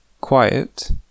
Quiet